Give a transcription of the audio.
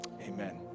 amen